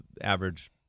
average